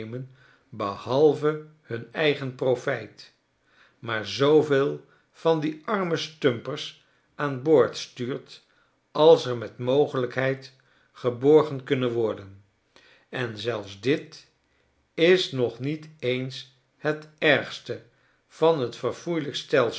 behalve hun eigen profijt maar zooveel van die arme stumperts aan boord stuurt als er met mogelykheid geborgen kunnen worden en zelfs dit is nog niet eens het ergste van t verfoeilijk stelsel